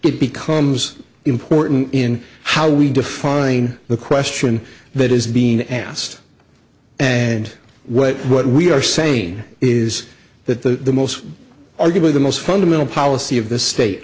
it becomes important in how we define the question that is being asked and what what we are saying is that the most arguably the most fundamental policy of the state